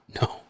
No